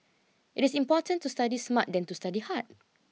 it is more important to study smart than to study hard